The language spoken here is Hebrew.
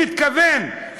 במתכוון,